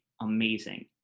amazing